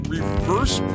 Reverse